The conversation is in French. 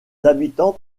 habitants